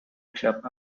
club